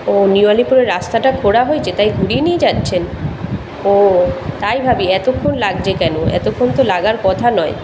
ও New আলিপুরের রাস্তাটা খোঁড়া হয়েছে তাই ঘুরিয়ে নিয়ে যাচ্ছেন ও তাই ভাবি এতক্ষণ লাগছে কেন এতক্ষণ তো লাগার কথা নয়